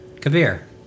Kabir